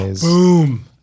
Boom